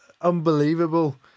unbelievable